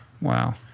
Wow